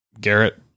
Garrett